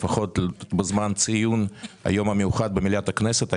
לפחות בזמן ציון היום המיוחד הזה במליאת הכנסת,